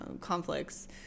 conflicts